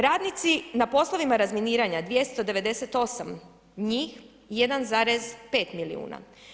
Radnici na poslovima razminiranja, 298 njih, 1,5 milijuna.